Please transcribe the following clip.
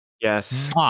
yes